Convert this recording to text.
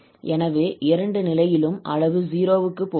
எனவே இரண்டு நிலையிலும் அளவு 0 க்கு போகும்